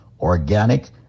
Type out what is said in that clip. organic